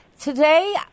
Today